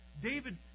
David